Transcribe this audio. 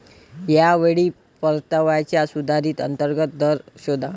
या वेळी परताव्याचा सुधारित अंतर्गत दर शोधा